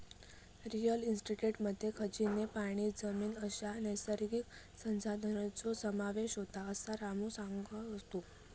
real इस्टेटमध्ये खनिजे, पाणी, जमीन अश्या नैसर्गिक संसाधनांचो समावेश होता, असा रामू सांगा होतो